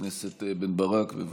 חבר הכנסת בן ברק, בבקשה.